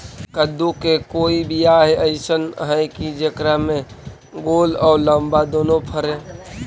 कददु के कोइ बियाह अइसन है कि जेकरा में गोल औ लमबा दोनो फरे?